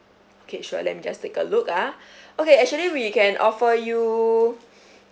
okay sure let me just take a look ah okay actually we can offer you